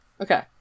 Okay